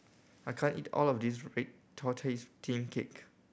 I can't eat all of this red tortoise steamed cake